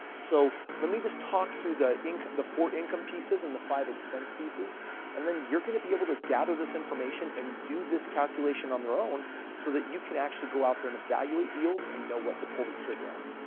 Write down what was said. so, let me just talk through the four income pieces and the five expense pieces and then you're going to be able to gather this information and do this calculation on their own so that you can actually go out there and evaluate deals and know what to pull the trigger on.